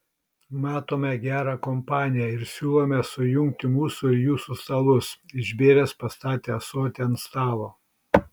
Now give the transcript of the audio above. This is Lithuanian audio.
matome gerą kompaniją ir siūlome sujungti mūsų ir jūsų stalus išbėręs pastatė ąsotį ant stalo